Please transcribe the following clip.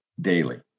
daily